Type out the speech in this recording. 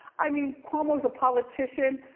i mean, cuomo's a politician,